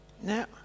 now